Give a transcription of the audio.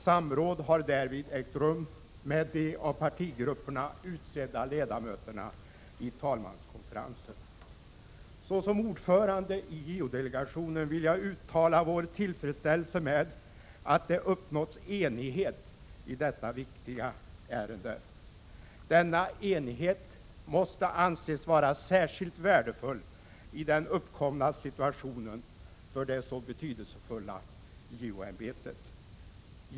Samråd har därvid ägt rum med de av partigrupperna utsedda ledamöterna i talmanskonferensen. Såsom ordförande i JO-delegationen vill jag uttala vår tillfredsställelse med att det uppnåtts enighet i detta viktiga ärende. Denna enighet måste anses vara särskilt värdefull i den uppkomna situationen för det så betydelsefulla JO-ämbetet.